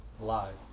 live